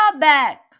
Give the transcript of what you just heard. back